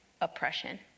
oppression